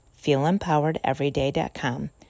feelempoweredeveryday.com